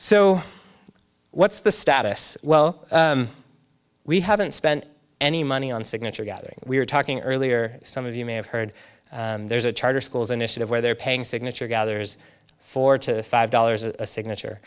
so what's the status well we haven't spent any money on signature gathering we were talking earlier some of you may have heard there's a charter schools initiative where they're paying signature gatherers four to five dollars a signature